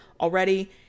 already